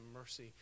mercy